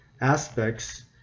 aspects